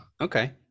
Okay